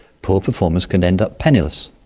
poor performers could end up penniless.